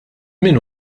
min